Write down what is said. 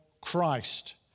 Christ